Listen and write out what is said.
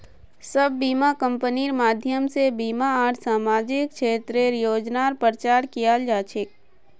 सब बीमा कम्पनिर माध्यम से बीमा आर सामाजिक क्षेत्रेर योजनार प्रचार कियाल जा छे